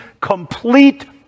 complete